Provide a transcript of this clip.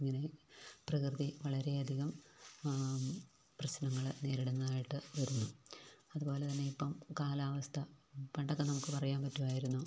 ഇങ്ങനെ പ്രകൃതി വളരെയധികം പ്രശ്നങ്ങൾ നേരിടുന്നതായിട്ട് വരുന്നു അതുപോലെത്തന്നെയിപ്പം കാലാവസ്ഥ പണ്ടൊക്ക നമുക്ക് പറയാൻ പറ്റുമായിരുന്നു